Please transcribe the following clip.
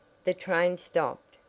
the train stopped,